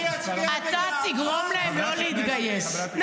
אתה תגרום להם לא להתגייס,